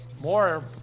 More